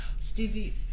Stevie